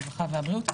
הרווחה והבריאות.